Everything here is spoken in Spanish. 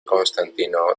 constantino